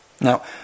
Now